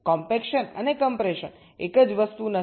compaction અને compression એક જ વસ્તુ નથી